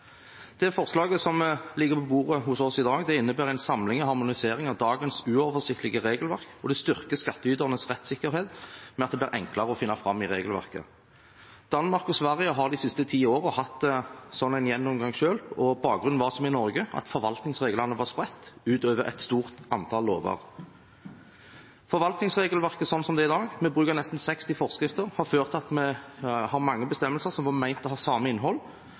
Det forslaget som ligger på bordet hos oss i dag, innebærer en samling og harmonisering av dagens uoversiktlige regelverk, og det styrker skattyternes rettssikkerhet ved at det blir enklere å finne fram i regelverket. Danmark og Sverige har de siste ti årene hatt en sånn gjennomgang selv, og bakgrunnen var som i Norge, at forvaltningsreglene var spredt utover et stort antall lover. Forvaltningsregelverket sånn som det er i dag, med bruk av nesten 60 forskrifter, har ført til at vi har mange bestemmelser som var ment å ha samme innhold,